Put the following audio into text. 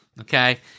Okay